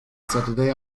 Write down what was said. saturday